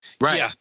Right